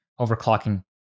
overclocking